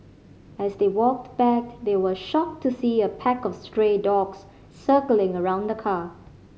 as they walked back they were shocked to see a pack of stray dogs circling around the car